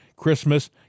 Christmas